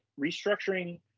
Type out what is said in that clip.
restructuring